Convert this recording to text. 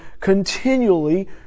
continually